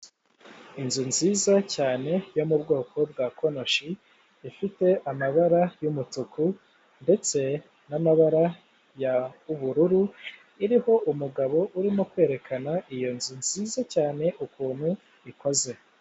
Inzu nziza cyane yo mu bwoko bwa konoshi, ifite amabara y'umutuku ndetse n'amabara y'ubururu, iriho umugabo urimo kwerekana iyo nzu nziza cyane ukuntu ikoze.